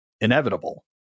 inevitable